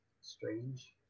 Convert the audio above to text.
strange